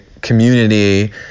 community